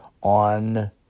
on